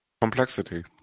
Complexity